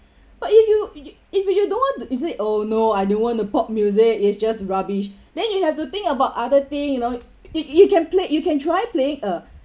but if you you if you don't want to is it oh no I didn't want to pop music it's just rubbish then you have to think about other thing you know you you can play you can try playing a